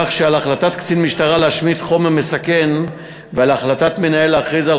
כך שעל החלטת קצין משטרה להשמיד חומר מסכן ועל החלטת מנהל להכריז על